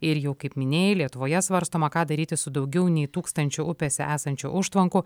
ir jau kaip minėjai lietuvoje svarstoma ką daryti su daugiau nei tūkstančiu upėse esančių užtvankų